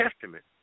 testament